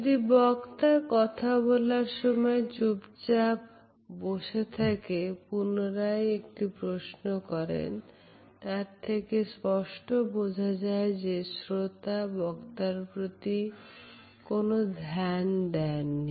যদি বক্তা কথা বলার সময় চুপচাপ বসে থাকে পুনরায় একই প্রশ্ন করেন তার থেকে এটা স্পষ্ট বোঝা যায় যে শ্রোতা বক্তার প্রতি কোন ধ্যান দেননি